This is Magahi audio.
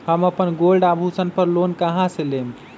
हम अपन गोल्ड आभूषण पर लोन कहां से लेम?